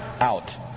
out